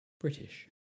British